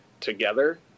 together